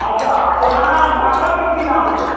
अच्छा प्रधानाध्यापकके की नाम छै